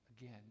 again